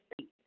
state